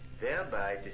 thereby